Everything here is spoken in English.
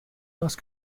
else